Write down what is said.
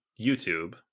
YouTube